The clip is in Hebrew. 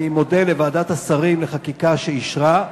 אני מודה לוועדת השרים לחקיקה שאישרה.